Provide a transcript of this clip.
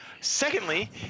secondly